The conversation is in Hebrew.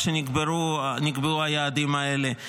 כשנקבעו היעדים האלה,